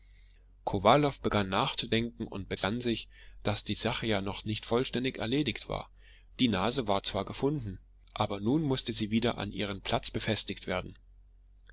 kowalow begann nachzudenken und besann sich daß die sache ja noch nicht vollständig erledigt war die nase war zwar gefunden aber nun mußte sie wieder an ihren platz befestigt werden